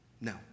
No